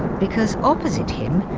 because opposite him,